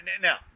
now